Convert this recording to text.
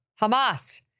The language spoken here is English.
Hamas